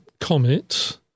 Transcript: comet